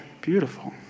Beautiful